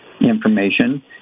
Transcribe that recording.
information